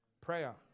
Prayer